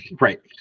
Right